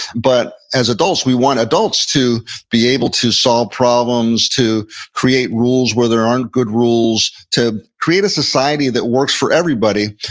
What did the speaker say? but as adults, we want adults to be able to solve problems, to create rules where there aren't good rules, to create a society that works for everybody,